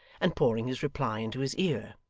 and pouring his reply into his ear